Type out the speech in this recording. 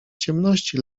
ciemności